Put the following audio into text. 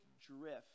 drift